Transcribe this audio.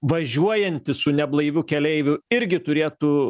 važiuojantis su neblaiviu keleiviu irgi turėtų